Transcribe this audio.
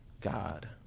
God